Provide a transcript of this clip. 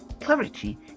clarity